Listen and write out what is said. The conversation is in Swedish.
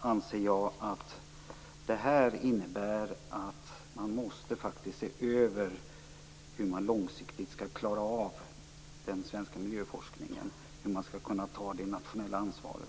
anser jag att det innebär att man faktiskt måste se över hur man långsiktigt skall klara av den svenska miljöforskningen och hur man skall kunna ta det nationella ansvaret.